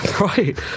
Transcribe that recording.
right